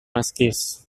esquís